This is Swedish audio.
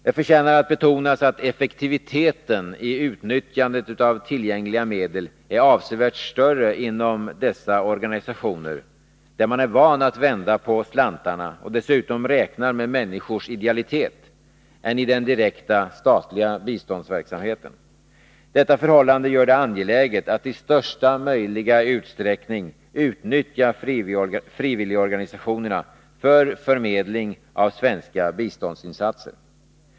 Det förtjänar att betonas att effektiviteten i utnyttjandet av tillgängliga medel är avsevärt större inom dessa organisationer, där man är van att vända på slantarna och dessutom räknar med människors idealitet, än i den direkta statliga biståndsverksamheten. Detta förhållande gör det angeläget att i största möjliga utsträckning utnyttja frivilligorganisationerna för förmedling av svenska biståndsinsatser.